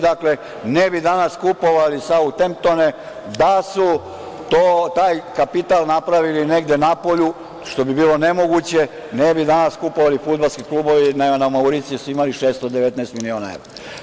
Dakle, ne bi danas kupovali Sautemptone da su taj kapital napravili negde napolju, što bi bilo nemoguće, ne bi danas kupovali fudbalske klubove i na Mauricijusu imali 619 miliona evra.